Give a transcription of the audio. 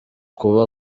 kuba